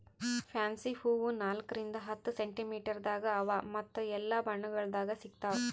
fancy ಹೂವು ನಾಲ್ಕು ರಿಂದ್ ಹತ್ತು ಸೆಂಟಿಮೀಟರದಾಗ್ ಅವಾ ಮತ್ತ ಎಲ್ಲಾ ಬಣ್ಣಗೊಳ್ದಾಗ್ ಸಿಗತಾವ್